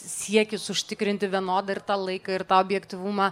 siekis užtikrinti vienodą ir tą laiką ir tą objektyvumą